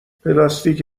پلاستیک